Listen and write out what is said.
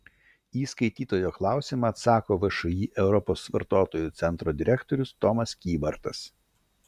į skaitytojo klausimą atsako všį europos vartotojų centro direktorius tomas kybartas